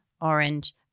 orange